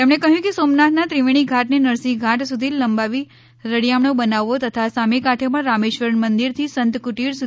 તેમણે કહ્યું કે સોમનાથના ત્રિવેણી ધાટને નરસિંહ ધાટ સુધી લંબાવી રળીયામણો બનાવવો તથા સામે કાંઠે પણ રામેશ્વર મંદિરથી સંત કુટીર સુધી ઘાટ બનશે